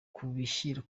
kubishyira